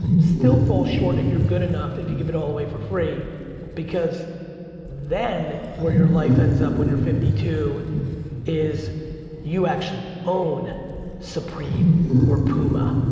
still falls short if you're good enough if you give it all away for free because then where your life ends up when you're fifty two is you actually own supreme or puma.